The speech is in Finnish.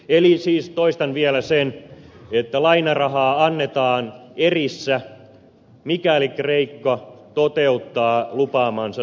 eli siis toistan vielä sen että lainarahaa annetaan erissä mikäli kreikka toteuttaa lupaamansa suunnitelman